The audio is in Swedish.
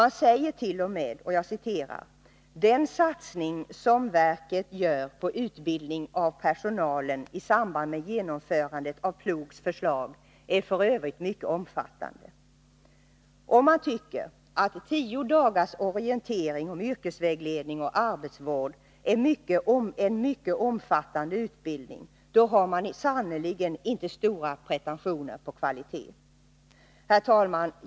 Man säger t.o.m.: ”Den satsning som verket gör på utbildningen av personalen i samband med genomförandet av PLOG”s förslag är f. ö. mycket omfattande.” Om man tycker att tio dagars orientering om yrkesvägledning och arbetsvård är en mycket omfattande utbildning, har man sannerligen inte stora pretentioner på kvalitet! Herr talman!